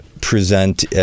present